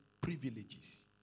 privileges